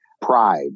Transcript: pride